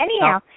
Anyhow